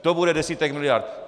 To bude desítek miliard.